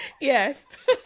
Yes